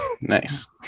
Nice